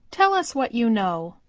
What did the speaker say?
tell us what you know.